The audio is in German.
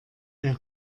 der